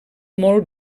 molt